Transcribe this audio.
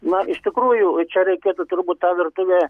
na iš tikrųjų čia reikėtų turbūt tą virtuvę